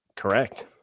correct